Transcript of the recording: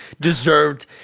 deserved